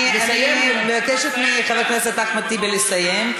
אני מבקשת מחבר הכנסת אחמד טיבי לסיים,